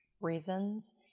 reasons